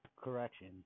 Correction